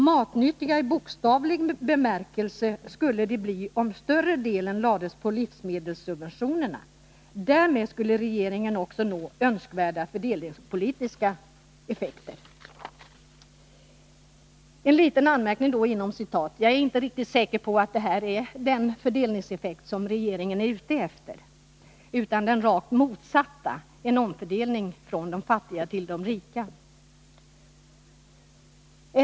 Matnyttiga i bokstavlig bemärkelse skulle de bli om större delen lades på livsmedelssubventionerna. Därmed skulle regeringen också nå önskvärda fördelningspolitiska effekter.” En liten anmärkning: Jag är inte riktigt säker på att det här är den fördelningseffekt som regeringen är ute efter utan den rakt motsatta — en omfördelning från de fattiga till de rika.